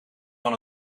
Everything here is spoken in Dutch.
van